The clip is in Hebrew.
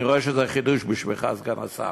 אני רואה שזה חידוש בשבילך, סגן השר,